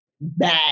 bad